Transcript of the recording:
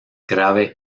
grave